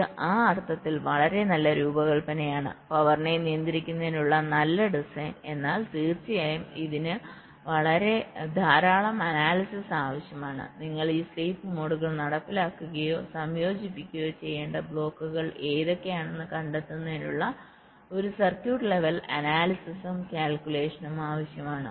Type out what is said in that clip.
ഇത് ആ അർത്ഥത്തിൽ വളരെ നല്ല രൂപകൽപ്പനയാണ് പവറിനെ നിയന്ത്രിക്കുന്നതിനുള്ള നല്ല ഡിസൈൻ എന്നാൽ തീർച്ചയായും ഇതിന് ധാരാളം അനാലിസിസ് ആവശ്യമാണ് നിങ്ങൾ ഈ സ്ലീപ്പ് മോഡുകൾ നടപ്പിലാക്കുകയോ സംയോജിപ്പിക്കുകയോ ചെയ്യേണ്ട ബ്ലോക്കുകൾ ഏതൊക്കെയാണെന്ന് കണ്ടെത്തുന്നതിനുള്ള സർക്യൂട്ട് ലെവൽ അനാലിസിസും കാല്കുലേഷനും ആവശ്യമാണ്